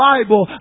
Bible